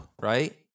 right